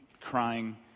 crying